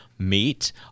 Meat